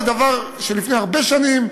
זה דבר מלפני הרבה שנים,